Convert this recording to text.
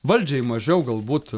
valdžiai mažiau galbūt